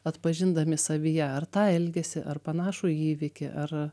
atpažindami savyje ar tą elgesį ar panašų įvykį ar